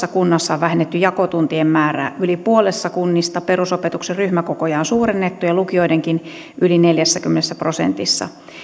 kunnassa on vähennetty jakotuntien määrää yli puolessa kunnista perusopetuksen ryhmäkokoja on suurennettu ja lukioidenkin yli neljässäkymmenessä prosentissa